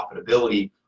profitability